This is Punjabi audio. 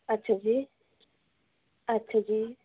ਅੱਛਾ ਜੀ ਅੱਛਾ ਜੀ